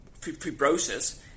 fibrosis